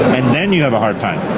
and then you have a hard time